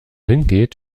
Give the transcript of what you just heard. hingeht